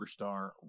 superstar